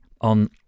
on